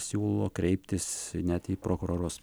siūlo kreiptis net į prokurorus